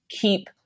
keep